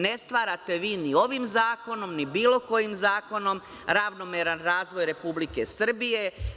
Ne stvarate vi ni ovim zakonom, ni bilo kojim zakonom, ravnomeran razvoj Republike Srbije.